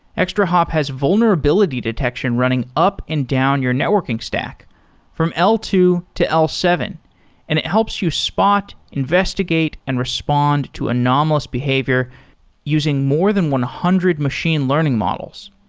extrahop has vulnerability detection running up and down your networking stack from l two to l seven and it helps you spot, investigate and respond to anomalous behavior using more than one hundred machine learning models.